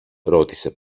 ρώτησε